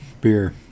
beer